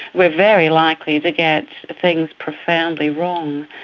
we are very likely to get things profoundly wrong.